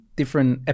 different